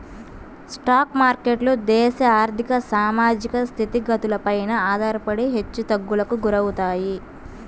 stock మార్కెట్లు దేశ ఆర్ధిక, సామాజిక స్థితిగతులపైన ఆధారపడి హెచ్చుతగ్గులకు గురవుతాయి